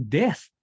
death